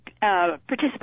participants